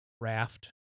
raft